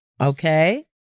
Okay